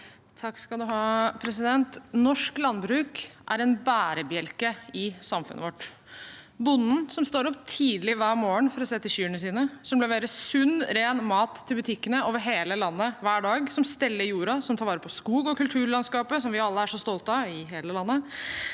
(H) Norsk land- bruk er en bærebjelke i samfunnet vårt. Det er bonden som står opp tidlig hver morgen for å se til kyrne sine, som leverer sunn, ren mat til butikkene over hele landet, hver dag, som steller jorda, som tar vare på skog og kulturlandskapet vi alle er så stolte av i hele landet,